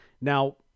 Now